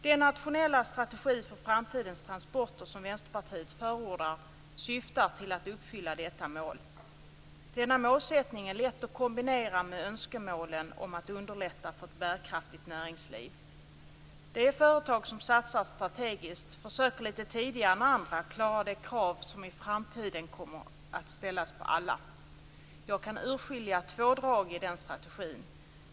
Den nationella strategi för framtidens transporter som Vänsterpartiet förordar syftar till att uppfylla detta mål. Denna målsättning är lätt att kombinera med önskemålen om att underlätta för ett bärkraftigt näringsliv. De företag som satsar strategiskt försöker lite tidigare än andra klara de krav som i framtiden kommer att ställas på alla. Jag kan urskilja två drag i den strategin.